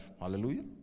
Hallelujah